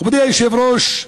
מכובדי היושב-ראש,